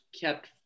kept